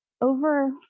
over